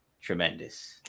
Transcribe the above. tremendous